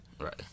Right